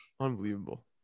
Unbelievable